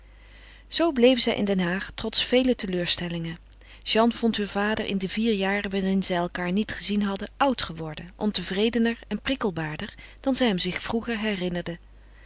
zoo bleven zij in den haag trots vele teleurstellingen jeanne vond heur vader in de vier jaren waarin zij elkaâr niet gezien hadden oud geworden ontevredener en prikkelbaarder dan zij hem zich vroeger herinnerde